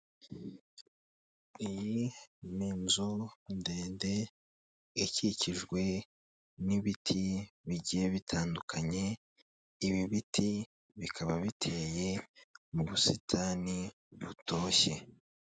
Iyi ni inzu ndende ikikijwe n'ibiti bigiye bitandukanye, ibi biti bikaba biteye mu busitani butoshye.